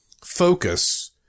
focus